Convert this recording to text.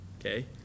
Okay